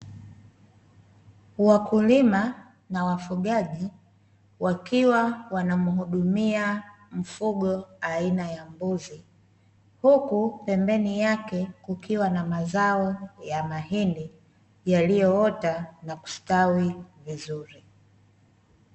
Wakulima na wafugaji wakiwa wanamhudumia mfugo aina ya mbuzi, huku pembeni yake kukiwa na mazao ya mahindi yaliyoota na kustawi vizuri.